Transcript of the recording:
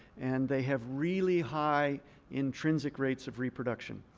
and they have really high intrinsic rates of reproduction,